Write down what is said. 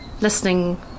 Listening